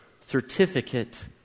certificate